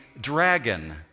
dragon